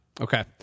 Okay